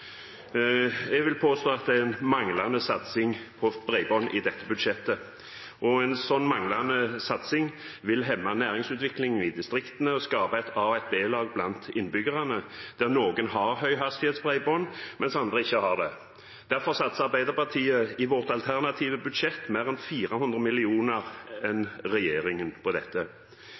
Jeg vil påstå at det er en manglende satsing på bredbånd i dette budsjettet, og en sånn manglende satsing vil hemme næringsutviklingen i distriktene og skape et A-lag og et B-lag blant innbyggerne, der noen har høyhastighetsbredbånd, mens andre ikke har det. Derfor satser Arbeiderpartiet i sitt alternative budsjett mer enn 400 mill. kr enn regjeringen på dette.